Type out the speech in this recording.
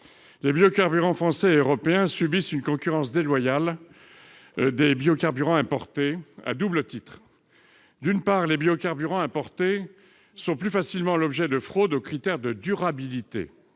Les biocarburants français et européens subissent une concurrence déloyale des biocarburants importés à double titre. D'une part, les biocarburants importés sont plus facilement l'objet de fraudes aux critères de durabilité,